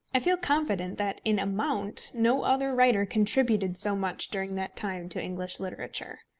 i feel confident that in amount no other writer contributed so much during that time to english literature.